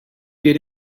get